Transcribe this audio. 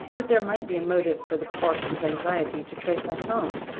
that there might be a motive for the parson's anxiety to trace us home,